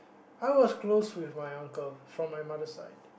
I was close with my uncle from my mother side